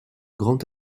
grand